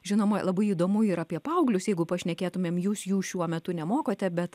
žinoma labai įdomu ir apie paauglius jeigu pašnekėtumėm jūs jų šiuo metu nemokote bet